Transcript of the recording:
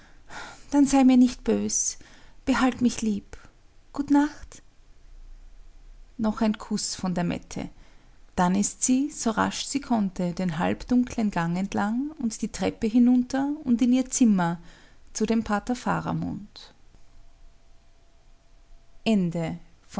dann sei mir nicht bös behalt mich lieb gut nacht noch ein kuß von der mette dann ist sie so rasch sie konnte den halbdunklen gang entlang und die treppe hinunter und in ihr zimmer zu dem pater